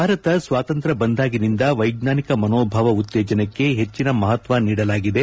ಭಾರತ ಸ್ವತಂತ್ರ್ಯ ಬಂದಾಗಿನಿಂದ ವೈಜ್ಞಾನಿಕ ಮನೋಭಾವ ಉತ್ತೇಜನಕ್ಕೆ ಹೆಚ್ಚಿನ ಮಹತ್ವ ನೀಡಲಾಗಿದೆ